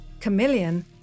Chameleon